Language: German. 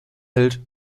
hält